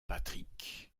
patrick